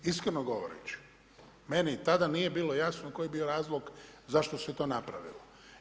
Iskreno govoreći meni tada nije bilo jasno koji je bio razlog zašto se to napravilo.